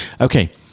Okay